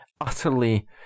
utterly